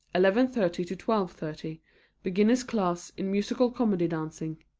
eleven thirty to twelve thirty beginners' class in musical comedy dancing.